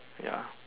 ya